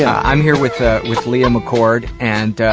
i'm here with, ah, with lia mccord and, ah,